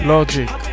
Logic